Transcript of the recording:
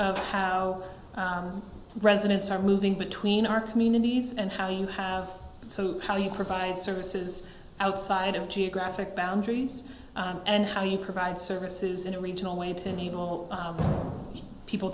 how residents are moving between our communities and how you have so how you provide services outside of geographic boundaries and how you provide services in a regional way to enable people